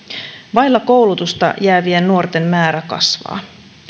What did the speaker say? vaille koulutusta jäävien nuorten määrä kasvaa